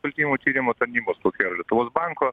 pirkimų tyrimo tarnybos kokia yra lietuvos banko